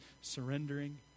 surrendering